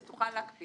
תוכל להקפיא